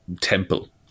temple